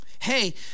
Hey